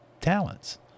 talents